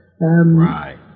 Right